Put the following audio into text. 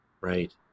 Right